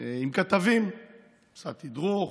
יש הבדל גדול ומשמעותי,